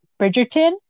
Bridgerton